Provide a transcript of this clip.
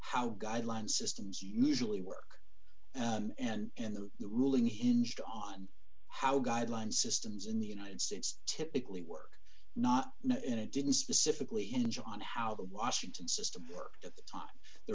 how guidelines systems usually work and the ruling hinged on how guidelines systems in the united states typically work not now and it didn't specifically in john how the washington system worked at the time there